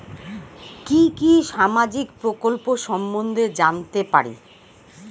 কি কি সামাজিক প্রকল্প সম্বন্ধে জানাতে পারি?